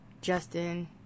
Justin